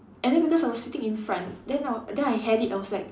and then because I was sitting in front then I wa~ then I had it I was like